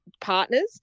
partners